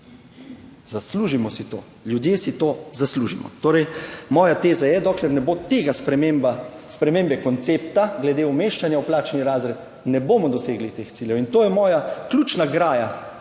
zaslužimo si to, ljudje si to zaslužimo. Torej moja teza je, dokler ne bo te spremembe koncepta glede umeščanja v plačni razred, ne bomo dosegli teh ciljev. In to je moja ključna graja